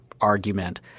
argument